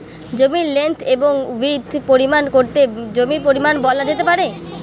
জমির লেন্থ এবং উইড্থ পরিমাপ করে জমির পরিমান বলা যেতে পারে